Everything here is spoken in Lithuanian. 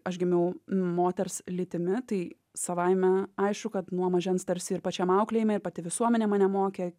aš gimiau moters lytimi tai savaime aišku kad nuo mažens tarsi ir pačiam auklėjime ir pati visuomenė mane mokė